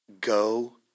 Go